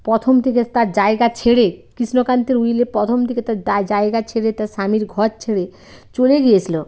পথোম থেকে তার জায়গা ছেড়ে কৃষ্ণকান্তের উইলে প্রথম থেকে তার দায় জায়গা ছেড়ে তার স্বামীর ঘর ছেড়ে চলে গিয়েছিলো